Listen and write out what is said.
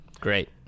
great